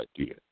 idea